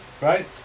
right